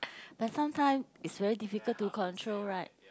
but sometime is very difficult to control right